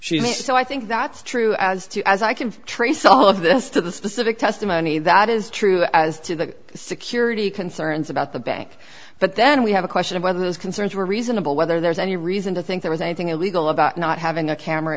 wants so i think that's true as to as i can trace all of this to the specific testimony that is true as to the security concerns about the bank but then we have a question of whether those concerns were reasonable whether there's any reason to think there was anything illegal about not having a camera